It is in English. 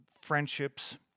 friendships